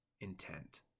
intent